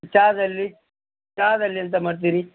ಚಾದಲ್ಲಿ ಚಾದಲ್ಲಿ ಎಂತ ಮಾಡ್ತೀರಿ